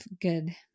good